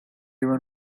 even